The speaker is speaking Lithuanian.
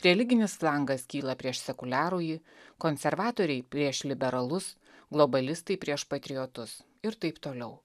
religinis flangas kyla prieš sekuliarųjį konservatoriai prieš liberalus globalistai prieš patriotus ir taip toliau